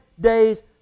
day's